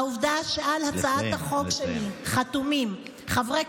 העובדה שעל הצעת החוק שלי חתומים חברי